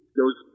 goes